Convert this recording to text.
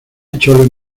chole